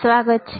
સ્વાગત છે